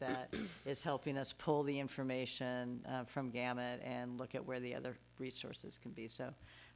that is helping us pull the information from damage and look at where the other resources can be so